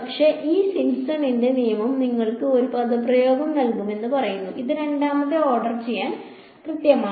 പക്ഷേ ഈ സിംപ്സണിന്റെ നിയമം നിങ്ങൾക്ക് ഒരു പദപ്രയോഗം നൽകുന്നുവെന്ന് പറയുന്നു അത് രണ്ടാമത്തെ ഓർഡർ ഓർഡർ ചെയ്യാൻ കൃത്യമാണ്